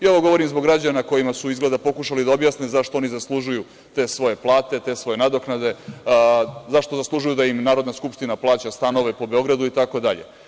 Ovo govorim zbog građana kojima su izgleda pokušali da objasne zašto oni zaslužuju te svoje plate, te svoje nadoknade, zašto zaslužuju da im Narodna skupština plaća stanove po Beogradu itd.